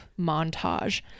montage